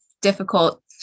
difficult